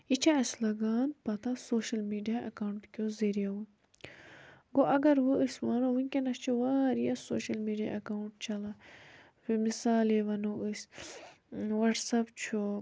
یہِ چھِ اسہِ لَگان پَتہ سوشَل میٖڈیا ایٚکاونٛٹ کیٛو ذٔریعو گوٚو اگر وۄنۍ أسۍ وَنو وُنٛکیٚس چھِ واریاہ سوشَل میٖڈیا ایٚکاونٛٹ چَلان مِثالے وَنو أسۍ ٲں وَٹٕس اَپ چھُ